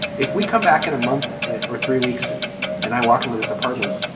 if we come back in a month or three weeks and i walk into this apartment,